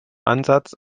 ansatz